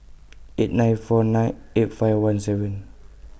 eight nine four nine eight five one seven